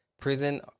Prison